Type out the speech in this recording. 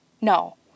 No